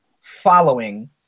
Following